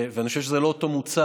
אני חושב שזה אפילו לא אותו מוצר.